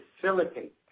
facilitate